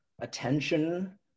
attention